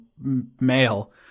male